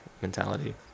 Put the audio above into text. mentality